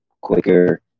quicker